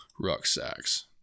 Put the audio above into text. rucksacks